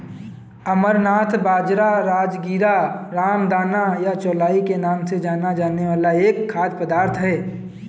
अमरनाथ बाजरा, राजगीरा, रामदाना या चौलाई के नाम से जाना जाने वाला एक खाद्य पदार्थ है